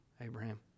Abraham